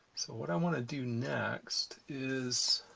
so what i want to do next is